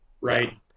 Right